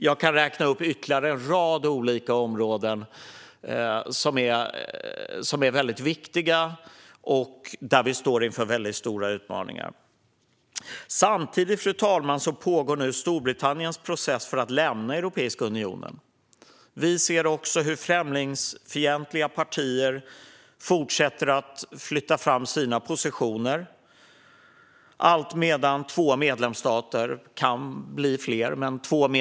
Jag kan räkna upp ytterligare en rad olika områden som är viktiga och där vi står inför stora utmaningar. Samtidigt, fru talman, pågår nu Storbritanniens process för att lämna Europeiska unionen. Vi ser också hur främlingsfientliga partier fortsätter att flytta fram sina positioner, alltmedan två medlemsstater utvecklas i auktoritär riktning.